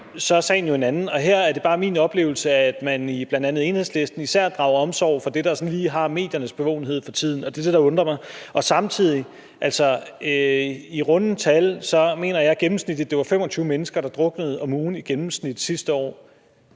så er sagen jo en anden. Og her er det bare min oplevelse, at man bl.a. i Enhedslisten især drager omsorg for det, der sådan lige har mediernes bevågenhed for tiden, og det er det, der undrer mig. Og samtidig var det i gennemsnit 25 mennesker om ugen, mener jeg det var,